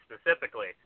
specifically